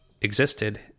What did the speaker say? existed